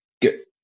good